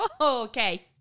okay